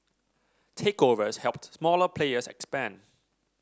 takeovers helped smaller players expand